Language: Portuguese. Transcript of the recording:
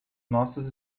nossas